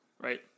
right